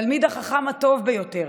התלמיד החכם הטוב ביותר,